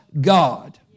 God